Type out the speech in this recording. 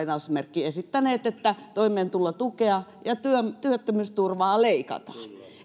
esittäneet että toimeentulotukea ja työttömyysturvaa leikataan